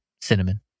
Cinnamon